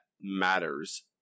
matters